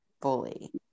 fully